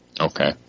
Okay